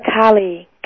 Kali